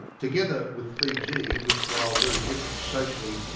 together with fiji, which while very different socially,